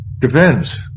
Depends